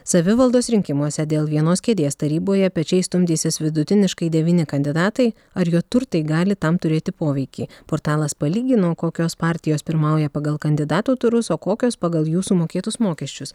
savivaldos rinkimuose dėl vienos kėdės taryboje pečiais stumdysis vidutiniškai devyni kandidatai ar jo turtai gali tam turėti poveikį portalas palygino kokios partijos pirmauja pagal kandidatų turus o kokios pagal jų sumokėtus mokesčius